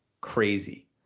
crazy